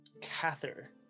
cather